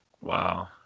Wow